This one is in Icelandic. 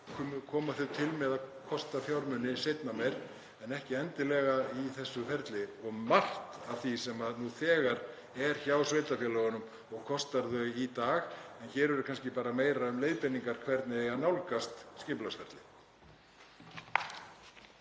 koma til með að kosta fjármuni seinna meir en ekki endilega í þessu ferli og margt af því sem er nú þegar hjá sveitarfélögunum kostar þau í dag. Hér er kannski meira um að ræða leiðbeiningar um hvernig eigi að nálgast skipulagsferlið.